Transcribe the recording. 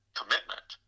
commitment